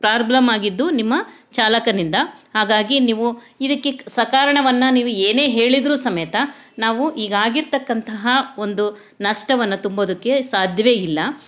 problem ಆಗಿದ್ದು ನಿಮ್ಮ ಚಾಲಕನಿಂದ ಹಾಗಾಗಿ ನೀವು ಇದಕ್ಕೆ ಸಕಾರಣವನ್ನು ನೀವು ಏನೇ ಹೇಳಿದರೂ ಸಮೇತ ನಾವು ಈಗ ಆಗಿರತಕ್ಕಂತಹ ಒಂದು ನಷ್ಟವನ್ನ ತುಂಬೋದಕ್ಕೆ ಸಾಧ್ಯವೇ ಇಲ್ಲ